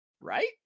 right